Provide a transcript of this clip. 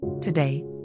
today